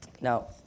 Now